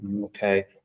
Okay